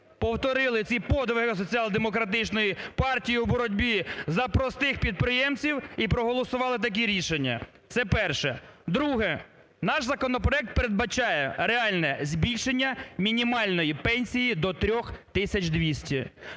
повторили ці подвиги Соціал-демократичної партії у боротьбі за простих підприємців і проголосували такі рішення. Це перше. Друге. Наш законопроект передбачає реальне збільшення мінімальної пенсії до 3